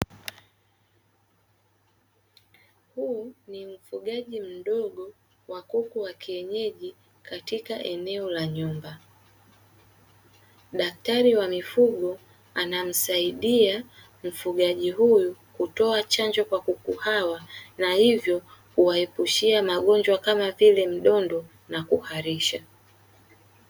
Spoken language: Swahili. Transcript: Huyu ni mfugaji mdogo wa kuku wa kienyeji katika eneo la nyumba, daktari wa mifugo anamsaidia mfugaji huyu kutoa chanjo kwa kuku hawa na hivyo kuwaepushia magonjwa kama vile mdondo na kuharisha.